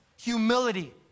humility